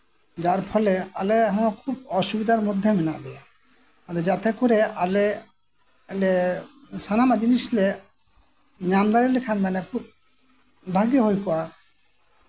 ᱡᱟᱨ ᱯᱷᱚᱞᱮ ᱟᱞᱮ ᱦᱚᱸ ᱠᱷᱩᱵ ᱚᱥᱩᱵᱤᱫᱷᱟ ᱢᱩᱫᱽᱨᱮ ᱢᱮᱱᱟᱜ ᱞᱮᱭᱟ ᱡᱟᱛᱮ ᱠᱚᱨᱮ ᱟᱞᱮ ᱥᱟᱱᱟᱢᱟᱜ ᱡᱤᱱᱤᱥ ᱞᱮ ᱧᱟᱢ ᱫᱟᱲᱮ ᱞᱮᱠᱷᱟᱱ ᱢᱟᱱᱮ ᱠᱷᱩᱵ ᱵᱷᱟᱜᱮ ᱦᱩᱭ ᱠᱚᱜᱼᱟ